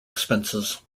expenses